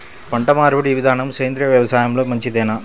పంటమార్పిడి విధానము సేంద్రియ వ్యవసాయంలో మంచిదేనా?